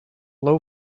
low